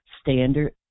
standard